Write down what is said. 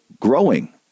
growing